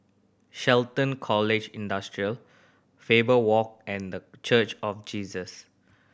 Shelton College Industrial Faber Walk and The Church of Jesus